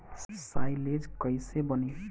Silage कईसे बनी?